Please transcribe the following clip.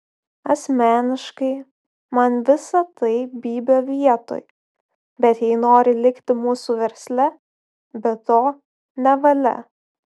asmeniškai man visa tai bybio vietoj bet jei nori likti mūsų versle be to nevalia